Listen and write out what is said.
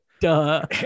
Duh